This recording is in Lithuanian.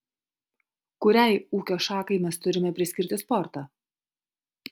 kuriai ūkio šakai mes turime priskirti sportą